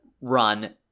run